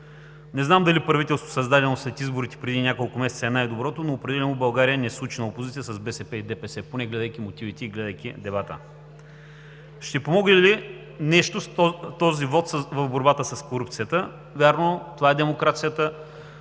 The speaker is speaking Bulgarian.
Не знам дали правителството, създадено след изборите преди няколко месеца, е най-доброто, но определено в България не е случена опозиция с БСП и ДПС, поне гледайки мотивите и гледайки дебата. Ще помогне ли с нещо този вот в борбата с корупцията? Вярно, това е демокрацията,